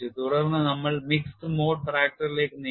തുടർന്ന് നമ്മൾ mixed mode ഫ്രാക്ചറിലേക്ക് നീങ്ങി